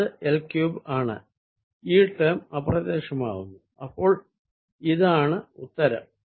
അത് L cubed ആണ് ഈ ടേം അപ്രത്യക്ഷമാകുന്നു അപ്പോൾ ഇതാണ് ഉത്തരം